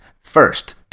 first